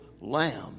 lamb